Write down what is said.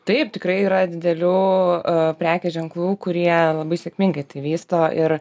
taip tikrai yra didelių a prekių ženklų kurie labai sėkmingai vysto ir